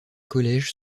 collège